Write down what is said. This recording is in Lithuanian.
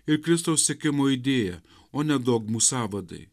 ir kristaus sekimo idėja o ne dogmų sąvadai